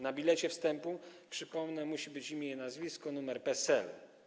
Na bilecie wstępu, przypomnę, musi być imię, nazwisko i numer PESEL.